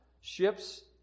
ships